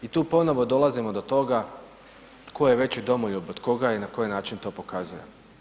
I tu ponovo dolazimo do toga tko je već domoljub od koga i na koji način to pokazuje.